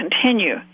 continue